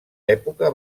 època